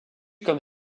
comme